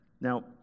Now